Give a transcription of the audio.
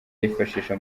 yifashisha